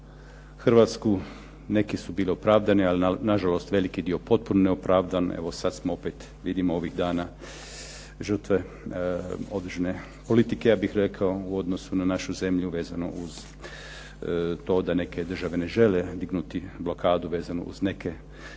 na Hrvatsku. Neke su bile opravdane, ali nažalost veliki dio potpuno neopravdan. Evo ovih dana vidimo žrtve određene politike, ja bih rekao u odnosu na našu zemlju vezanu uz to da neke države ne žele dignuti blokadu vezanu uz neka